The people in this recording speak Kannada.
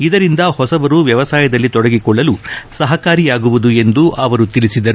ಇದರಿಂದ ಹೊಸಬರು ವ್ಲವಸಾಯದಲ್ಲಿ ತೊಡಗಿಕೊಳ್ಳಲು ಸಹಕಾರಿಯಾಗುವುದು ಎಂದು ಅವರು ತಿಳಿಸಿದರು